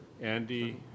Andy